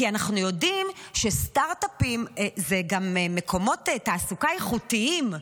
כי אנחנו יודעים שסטרטאפים הם גם מקומות תעסוקה איכותיים.